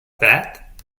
that